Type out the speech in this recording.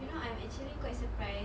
you know I'm actually quite surprised